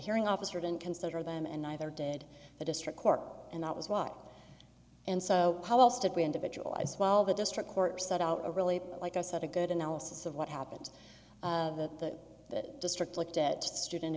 hearing officer didn't consider them and neither did the district court and that was why and so how else to be individualized while the district court set out really like i said a good analysis of what happened to the district looked at student